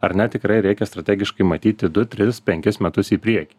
ar ne tikrai reikia strategiškai matyti du tris penkis metus į priekį